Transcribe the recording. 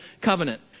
covenant